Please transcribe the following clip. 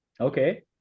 Okay